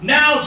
Now